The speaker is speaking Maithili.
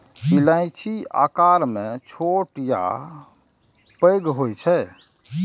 इलायची आकार मे छोट आ पैघ होइ छै